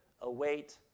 await